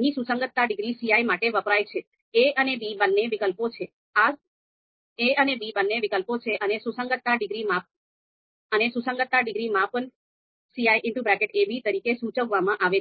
ની સુસંગતતા degree ci માટે વપરાય છે a અને b બંને વિકલ્પો છે અને સુસંગતતા ડિગ્રી માપન ci ab તરીકે સૂચવવામાં આવે છે